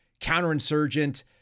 counterinsurgent